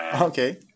Okay